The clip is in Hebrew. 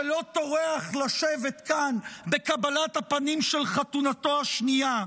שלא טורח לשבת כאן בקבלת הפנים של חתונתו השנייה,